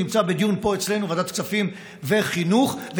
נמצא בדיון פה אצלנו בוועדת הכספים ובוועדת החינוך,